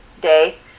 day